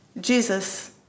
Jesus